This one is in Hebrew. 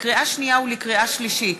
לקריאה שנייה ולקריאה שלישית: